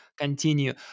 continue